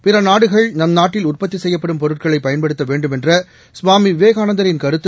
பிற நாடுகள் நம் நாட்டில் உற்பத்தி செய்யப்படும் பொருட்களை பயன்படுத்த வேண்டுமென்ற சுவாமி விவேகானந்தரின் கருத்து